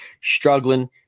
struggling